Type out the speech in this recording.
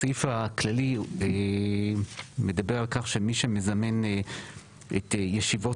הסעיף הכללי מדבר על כך שמי שמזמן את ישיבות